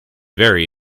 very